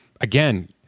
Again